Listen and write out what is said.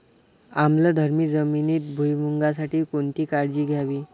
आम्लधर्मी जमिनीत भुईमूगासाठी कोणती काळजी घ्यावी?